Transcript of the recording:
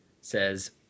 says